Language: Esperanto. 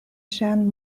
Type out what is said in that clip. ŝian